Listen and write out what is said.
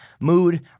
mood